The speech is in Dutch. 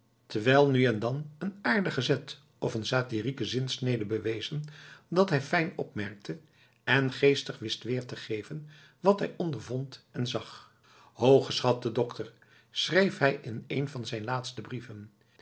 terwijl nu en dan een aardige zet of een satirieke zinsnede bewezen dat hij fijn opmerkte en geestig wist weer te geven wat hij ondervond en zag hooggeschatte dokter schreef hij in een van zijn laatste brieven